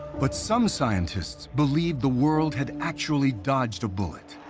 but some scientists believed the world had actually dodged a bullet.